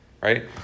right